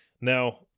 now